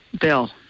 Bill